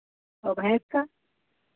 और भैंस का